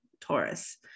Taurus